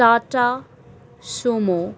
tata Sumo